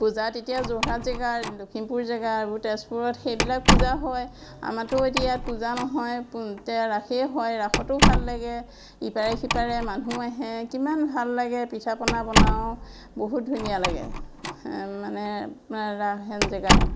পূজাত এতিয়া যোৰহাট জেগা লখিমপুৰ জেগা আৰু তেজপুৰত সেইবিলাক পূজা হয় আমাতো ইয়াত পূজা নহয় ৰাসেই হয় ৰাসতো ভাল লাগে ইপাৰে সিপাৰে মানুহ আহে কিমান ভাল লাগে পিঠা পনা বনাওঁ বহুত ধুনীয়া লাগে মানে ৰাস হেন জেগাত